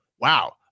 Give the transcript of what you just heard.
Wow